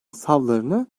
savlarını